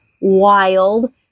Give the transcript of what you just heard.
wild